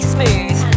Smooth